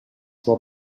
può